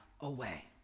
away